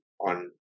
on